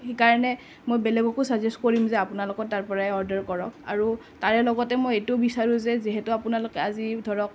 সেইকাৰণে মই বেলেগকো চাজেছ কৰিম যে আপোনালোকৰ তাৰপৰাই অৰ্ডাৰ কৰক আৰু তাৰে লগতে মই এইটোও বিচাৰোঁ যে যিহেতু আপোনালোক আজি ধৰক